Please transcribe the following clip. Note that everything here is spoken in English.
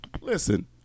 listen